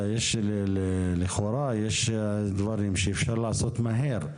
לכאורה יש דברים שאפשר לעשות מהר,